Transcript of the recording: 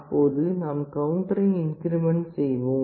அப்போது நாம் கவுண்டரை இன்கிரிமெண்ட் செய்வோம்